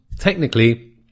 technically